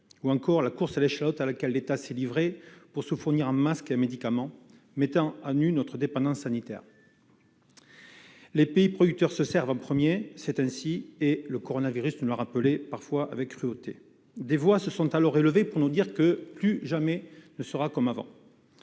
ou encore la course à l'échalote à laquelle l'État s'est livré pour se fournir en masques et en médicaments, mettant ainsi à nu notre dépendance sanitaire. Les pays producteurs se servent les premiers, c'est ainsi, et le coronavirus nous l'a rappelé parfois avec cruauté. Des voix se sont élevées pour dire que plus rien ne sera jamais comme avant,